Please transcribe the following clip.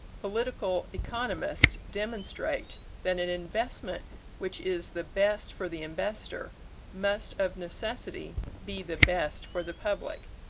political economists demonstrate that an investment which is the best for the investor must of necessity be the best for the public.